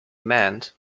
manned